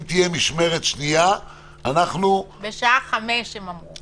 שאם תהיה משמרת שנייה אתם --- בשעה 17:00 הם אמרו.